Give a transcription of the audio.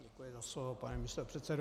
Děkuji za slovo, pane místopředsedo.